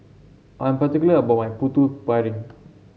I'm particular about my Putu Piring